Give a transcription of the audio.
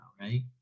right